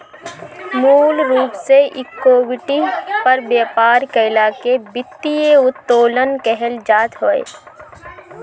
मूल रूप से इक्विटी पर व्यापार कईला के वित्तीय उत्तोलन कहल जात हवे